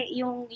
yung